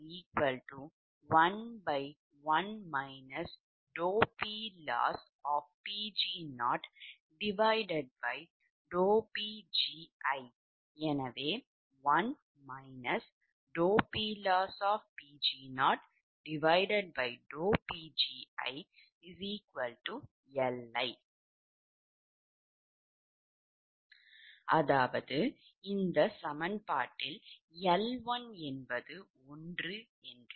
இது Li11 PLoss0Pgiஎனவே 1 PLoss0PgiLi அதாவது இந்த சமன்பாடு 𝐿1 1 உங்களுக்குத் தெரியும்